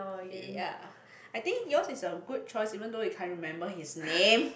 ya I think yours is a good choice even though you can't remember his name